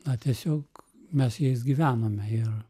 na tiesiog mes jais gyvenome ir